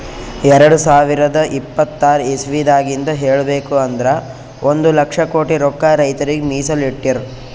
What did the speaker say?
ಎರಡ ಸಾವಿರದ್ ಇಪ್ಪತರ್ ಇಸವಿದಾಗಿಂದ್ ಹೇಳ್ಬೇಕ್ ಅಂದ್ರ ಒಂದ್ ಲಕ್ಷ ಕೋಟಿ ರೊಕ್ಕಾ ರೈತರಿಗ್ ಮೀಸಲ್ ಇಟ್ಟಿರ್